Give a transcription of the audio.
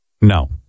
No